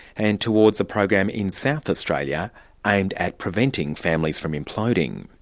and towards a program in south australia aimed at preventing families from imploding.